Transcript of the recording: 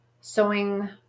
sewing